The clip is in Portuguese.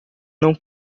não